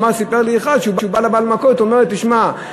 סיפר לי אחד שהוא בא לבעל המכולת ואומר: תשמע,